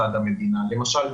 תשתיות חינוך,